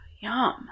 yum